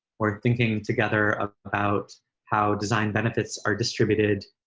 or thinking together ah about how design benefits are distributed,